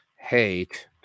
hate